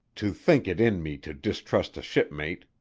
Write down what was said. to think it in me to distrust a shipmate.